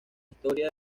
historia